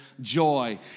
joy